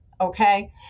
Okay